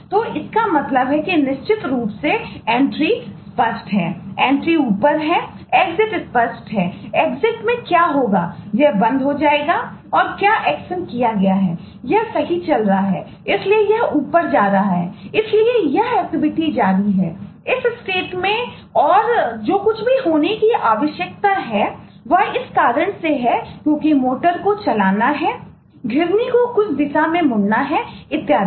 तो इसका मतलब है कि निश्चित रूप से एंट्रीको चलाना है घिरनी को कुछ दिशा में मुड़ना है इत्यादि